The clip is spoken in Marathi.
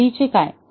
आता B चे काय